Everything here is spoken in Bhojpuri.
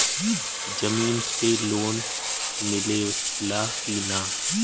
जमीन पे लोन मिले ला की ना?